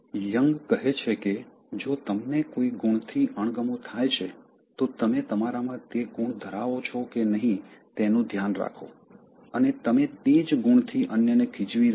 young કહે છે કે જો તમને કોઈ ગુણથી અણગમો થાય છે તો તમે તમારામાં તે ગુણ ધરાવો છો કે નહીં તેનું ધ્યાન રાખો અને તમે તે જ ગુણથી અન્યને ખીજવી રહ્યા છો